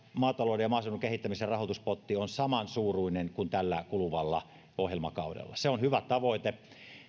maatalouden ja maaseudun kehittämisen rahoituspotti on samansuuruinen kuin tällä kuluvalla ohjelmakaudella se on hyvä tavoite